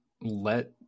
let